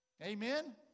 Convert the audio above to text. Amen